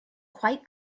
quite